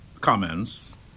comments